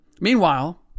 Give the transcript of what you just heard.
Meanwhile